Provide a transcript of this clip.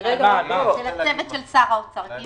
על הצוות של שר האוצר.